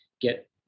get